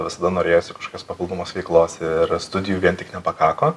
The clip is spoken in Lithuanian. visada norėjosi kažkokios papildomos veiklos ir studijų vien tik nepakako